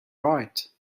right